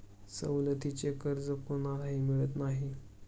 सवलतीचे कर्ज कोणालाही मिळत नाही